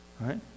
right